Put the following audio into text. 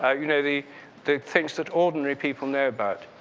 ah you know, the the things that ordinary people know about.